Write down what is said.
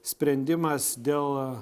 sprendimas dėl